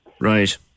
Right